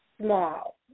small